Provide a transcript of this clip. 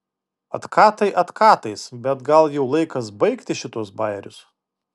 atkatai atkatais bet gal jau laikas baigti šituos bajerius